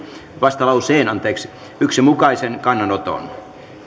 vastalauseen yhden mukaisen kannanoton